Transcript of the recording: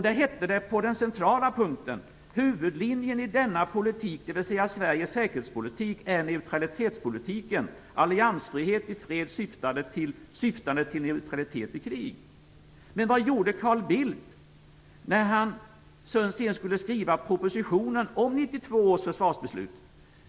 Där hette det på den centrala punkten: Huvudlinjen i denna politik - dvs. Sveriges säkerhetspolitik - är neutralitetspolitiken, alliansfrihet i fred syftande till neutralitet i krig. Men vad gjorde Carl Bildt när han sedan skulle skriva propositionen med anledning av 1992 års försvarsbeslut?